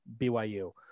BYU